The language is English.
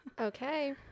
Okay